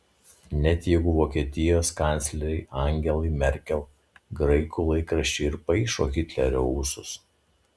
net jeigu vokietijos kanclerei angelai merkel graikų laikraščiai ir paišo hitlerio ūsus